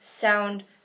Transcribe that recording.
sound